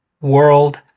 world